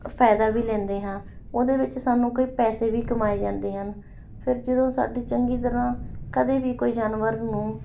ਫ਼ਾਇਦਾ ਵੀ ਲੈਂਦੇ ਹਾਂ ਉਹਦੇ ਵਿੱਚ ਸਾਨੂੰ ਕਈ ਪੈਸੇ ਵੀ ਕਮਾਏ ਜਾਂਦੇ ਹਨ ਫਿਰ ਜਦੋਂ ਸਾਡੀ ਚੰਗੀ ਤਰ੍ਹਾਂ ਕਦੇ ਵੀ ਕੋਈ ਜਾਨਵਰ ਨੂੰ